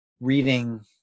reading